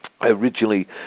Originally